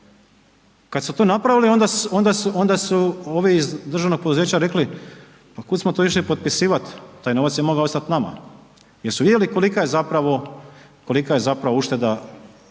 onda, onda su, onda su ovi iz državnog poduzeća rekli, pa kud smo to išli potpisivat, taj novac je mogao ostat nama jer su vidjeli kolika je zapravo, kolika